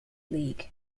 league